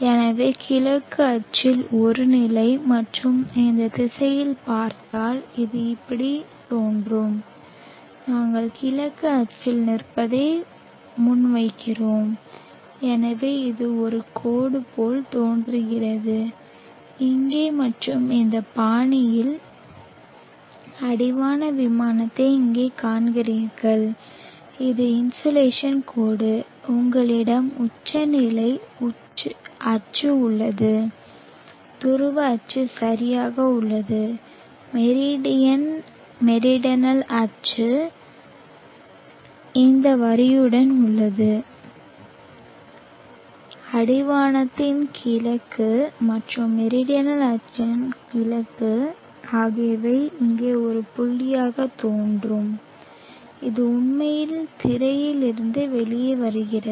எனவே கிழக்கு அச்சில் ஒரு நிலை மற்றும் இந்த திசையில் பார்த்தால் இது இப்படி தோன்றும் நாங்கள் கிழக்கு அச்சில் நிற்பதை முன்வைக்கிறோம் எனவே இது ஒரு கோடு போல் தோன்றுகிறது இங்கே மற்றும் இந்த பாணியில் அடிவான விமானத்தை இங்கே காண்கிறீர்கள் இது இன்சோலேஷன் கோடு உங்களிடம் உச்சநிலை அச்சு உள்ளது துருவ அச்சு சரியாக உள்ளது மெரிடியன் மெரிடனல் அச்சு இந்த வரியுடன் உள்ளது அடிவானத்தின் கிழக்கு மற்றும் மெரிடனல் அச்சின் கிழக்கு ஆகியவை இங்கே ஒரு புள்ளியாகத் தோன்றும் இது உண்மையில் திரையில் இருந்து வெளியே வருகிறது